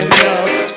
love